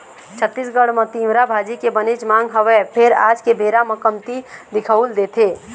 छत्तीसगढ़ म तिंवरा भाजी के बनेच मांग हवय फेर आज के बेरा म कमती दिखउल देथे